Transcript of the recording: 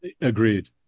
Agreed